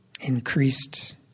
increased